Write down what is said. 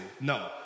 No